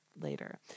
later